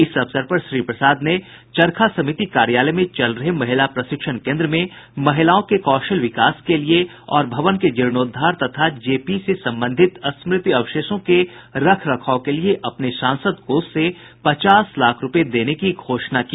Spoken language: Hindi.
इस अवसर पर श्री प्रसाद ने चरखा समिति कार्यालय में चल रहे महिला प्रशिक्षण केन्द्र में महिलाओं के कौशल विकास के लिये और भवन के जीर्णोद्वार तथा जेपी से संबंधित स्मृति अवशेषों के रख रखाव के लिये अपने सांसद कोष से पचास लाख रूपये देने की घोषणा की